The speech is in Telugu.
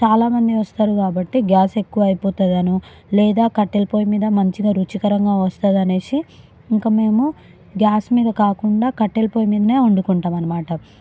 చాలామంది వస్తారు కాబట్టి గ్యాస్ ఎక్కువైపోతుందనో లేదా కట్టెల పొయ్యి మీద మంచిగా రుచికరంగా వస్తుంది అనేసి ఇంక మేము గ్యాస్ మీద కాకుండా కట్టెల పొయ్యి మీదనే వండుకుంటాం అనమాట